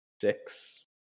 six